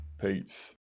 Peace